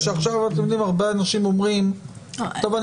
עכשיו הרבה אנשים אומרים: טוב,